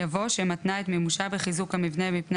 יבוא "שמתנה את מימושה בחיזוק המבנה מפני